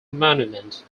monument